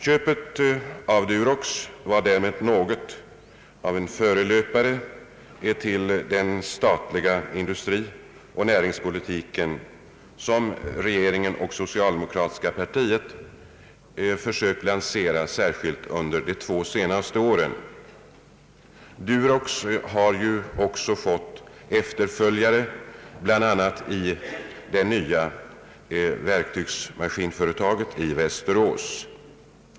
Köpet av Durox var därmed något av en förelöpare till den statliga industrioch näringspolitik som regeringen och socialdemokratiska partiet försökt lansera särskilt under de båda senaste åren. Durox har ju också fått efterföljare, bland annat i det nya verktygsmaskinföretaget i Västerås.